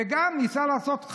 וניסה לעשות,